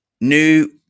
new